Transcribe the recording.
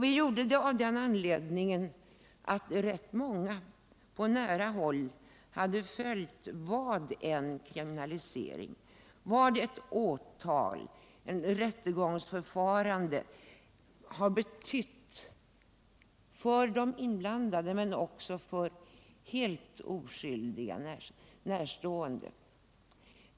Vi gjorde det av den anledningen att rätt många på nära håll hade följt vad ett åtal, ett rättegångsförfarande har betytt inte bara för de inblandade utan även för helt oskyldiga närstående.